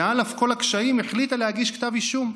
ועל אף כל הקשיים החליטה להגיש כתב אישום.